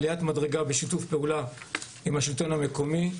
זו עליית מדרגה בשיתוף פעולה עם השלטון המקומי,